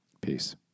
Peace